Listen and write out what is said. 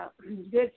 Good